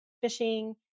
fishing